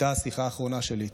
הייתה השיחה האחרונה שלי איתו.